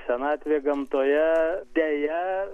senatvė gamtoje deja